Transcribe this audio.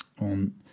on